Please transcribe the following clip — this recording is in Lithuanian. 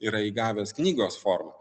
yra įgavęs knygos formą